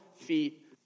feet